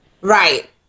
Right